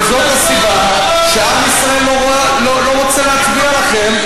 וזו הסיבה שעם ישראל לא רוצה להצביע לכם,